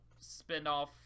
spinoff